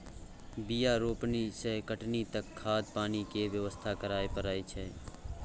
बीया रोपनी सँ कटनी तक खाद पानि केर बेवस्था करय परय छै